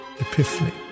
epiphany